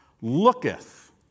looketh